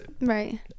Right